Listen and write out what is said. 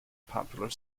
popular